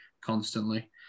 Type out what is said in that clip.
constantly